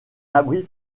abri